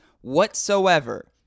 whatsoever